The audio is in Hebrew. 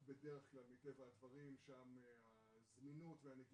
אבל יש לה מספיק עוצמות בשביל לסדר גם את העניין הזה.